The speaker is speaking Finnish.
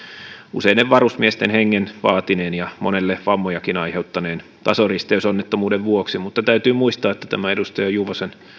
useiden varusmiesten hengen vaatineen ja monelle vammojakin aiheuttaneen tasoristeysonnettomuuden vuoksi mutta täytyy muistaa että tämä edustaja juvosen